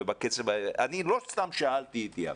לא סתם שאלתי את יפה,